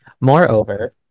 moreover